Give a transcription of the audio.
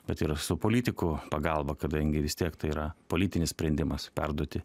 bet ir su politikų pagalba kadangi vis tiek tai yra politinis sprendimas perduoti